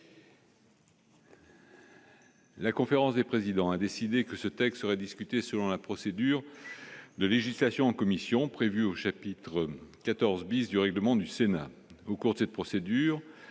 La conférence des présidents a décidé que ce texte serait discutée selon la procédure de législation en commission prévue au chapitre 14 bis du règlement du Sénat au cours de cette procédure,